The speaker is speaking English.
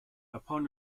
upon